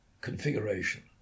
configuration